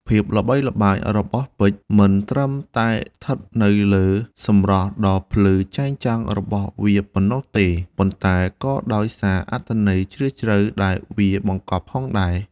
ភាពល្បីល្បាញរបស់ពេជ្រមិនត្រឹមតែស្ថិតនៅលើសម្រស់ដ៏ភ្លឺចែងចាំងរបស់វាប៉ុណ្ណោះទេ ប៉ុន្តែក៏ដោយសារអត្ថន័យជ្រាលជ្រៅដែលវាបង្កប់ផងដែរ។